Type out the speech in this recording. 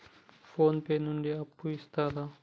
Phone pay నుండి అప్పు ఇత్తరా?